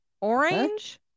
orange